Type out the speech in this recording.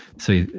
so,